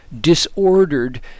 disordered